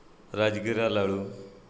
राजगिरा लाडू